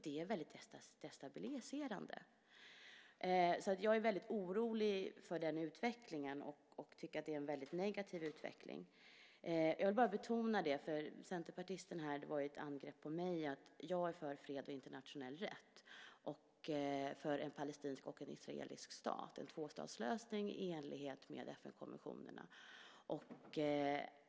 Det är väldigt destabiliserande. Jag är väldigt orolig för den utvecklingen och tycker att den är negativ. Eftersom centerpartisten gjorde ett angrepp på mig vill jag betona att jag är för fred och internationell rätt och för en palestinsk och en israelisk stat, en tvåstatslösning i enlighet med FN-konventionerna.